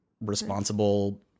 responsible